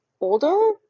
older